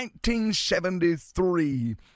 1973